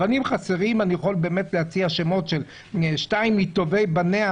אבל אם חסרים אני יכול להציע שמות של שניים מטובי בניה